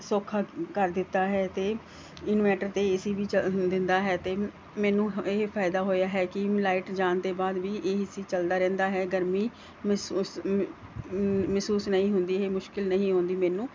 ਸੌਖਾ ਕਰ ਦਿੱਤਾ ਹੈ ਅਤੇ ਇਨਵੈਟਰ 'ਤੇ ਏ ਸੀ ਵੀ ਚੱਲ ਦਿੰਦਾ ਹੈ ਅਤੇ ਮੈਨੂੰ ਇਹ ਫ਼ਾਇਦਾ ਹੋਇਆ ਹੈ ਕਿ ਲਾਈਟ ਜਾਣ ਦੇ ਬਾਅਦ ਵੀ ਇਹ ਏ ਸੀ ਚੱਲਦਾ ਰਹਿੰਦਾ ਹੈ ਗਰਮੀ ਮਹਿਸੂਸ ਨਹੀਂ ਹੁੰਦੀ ਇਹ ਮੁਸ਼ਕਿਲ ਨਹੀਂ ਆਉਂਦੀ ਮੈਨੂੰ